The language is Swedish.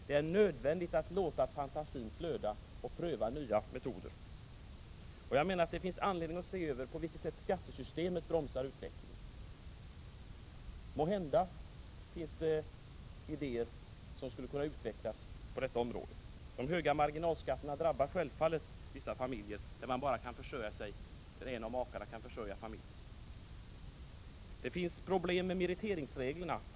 Det är nödvändigt att låta fantasin flöda och att pröva nya metoder. Jag anser också att det finns anledning att se efter på vilket sätt skattesystemet bromsar utvecklingen. Måhända finns det idéer som skulle kunna utvecklas på detta område. De höga marginalskatterna drabbar självfallet vissa familjer, där bara en av makarna kan försörja familjen. Meriteringsreglerna vållar problem.